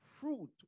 Fruit